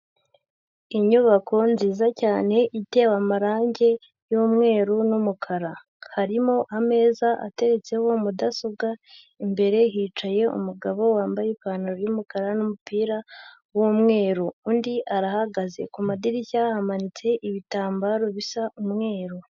Inyubako nziza cyane itewe amarange y'umweru n'umukara, harimo ameza ateretseho mudasobwa, imbere hicaye umugabo wambaye ipantaro y'umukara n'umupira w'umweru, undi arahagaze ku madirishya hamanitse ibitambaro bisa umweru.